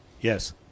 Yes